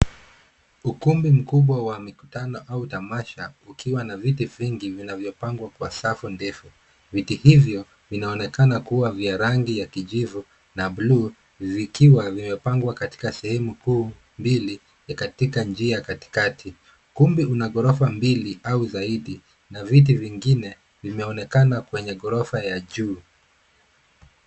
Ukumbi mkubwa wa mikutano au tamasha, ukiwa na viti vingi, vinavyopangwa kwa safu ndefu. Viti hivyo vinaonekana kuwa vya rangi ya kijivu na bluu, vikiwa vimepangwa katika sehemu kuu mbili katika njia katikati. Ukumbi una ghorofa mbili au zaidi na viti vingine vimeonekana kwenye ghorofa ya juu.